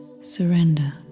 surrender